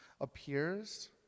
appears